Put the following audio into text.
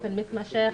באופן מתמשך.